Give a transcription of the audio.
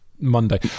Monday